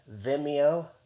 Vimeo